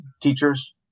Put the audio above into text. teachers